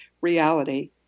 reality